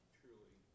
truly